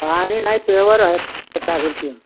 पानि नहीं प्योर है पचास रुपये